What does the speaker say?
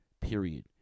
Period